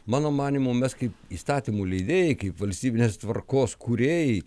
mano manymu mes kaip įstatymų leidėjai kaip valstybinės tvarkos kūrėjai